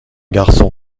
garçon